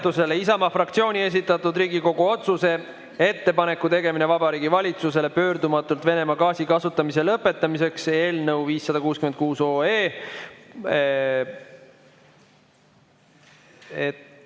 Isamaa fraktsiooni esitatud Riigikogu otsuse "Ettepaneku tegemine Vabariigi Valitsusele pöördumatult Venemaa gaasi kasutamise lõpetamiseks"